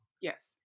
Yes